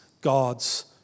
God's